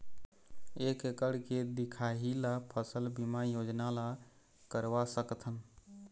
एक एकड़ के दिखाही ला फसल बीमा योजना ला करवा सकथन?